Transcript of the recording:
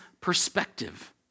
perspective